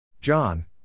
John